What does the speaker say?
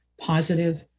positive